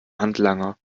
handlanger